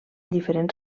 diferents